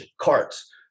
carts